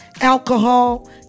alcohol